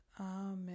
amen